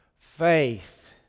Faith